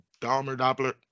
doppler